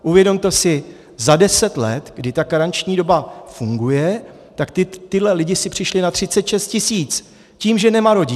Uvědomte si, že za deset let, kdy ta karenční doba funguje, tak tihle lidé si přišli na 36 tisíc tím, že nemarodí.